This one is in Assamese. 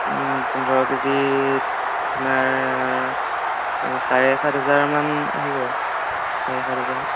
পোন্ধৰ কেজিত আপোনাৰ চাৰে সাত হেজাৰমান আহিব চাৰে সাত হেজাৰ